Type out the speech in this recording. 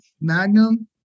Magnum